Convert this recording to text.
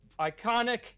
ICONIC